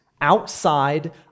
outside